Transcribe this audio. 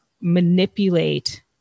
manipulate